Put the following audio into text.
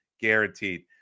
guaranteed